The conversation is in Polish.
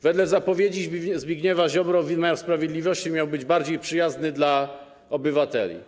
Wedle zapowiedzi Zbigniewa Ziobry wymiar sprawiedliwości miał być bardziej przyjazny dla obywateli.